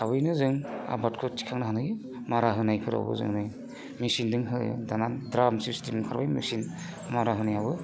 थाबैनो जों आबादखौ थिखांनानै मारा होनायफोरावबो जों मेसिनजोंनो होयो दाना द्राम सिस्टेम ओंखारबाय मेसिन मारा होनायाबो